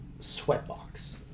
Sweatbox